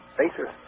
basis